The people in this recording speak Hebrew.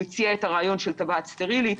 הוא הציע את הרעיון של טבעת סטרילית.